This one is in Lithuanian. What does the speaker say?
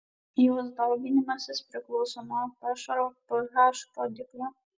jos dauginimasis priklauso nuo pašaro ph rodiklio